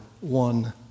one